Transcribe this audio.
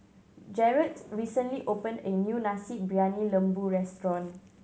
Jarrett recently opened a new Nasi Briyani Lembu restaurant